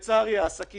רק שלצערי העסקים